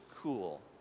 cool